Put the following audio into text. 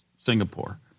Singapore